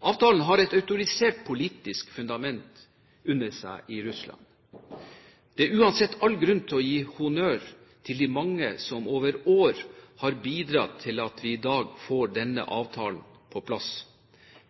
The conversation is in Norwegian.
Avtalen har et autorisert politisk fundament under seg i Russland. Det er uansett all grunn til å gi honnør til de mange som over år har bidratt til at vi i dag får denne avtalen på plass.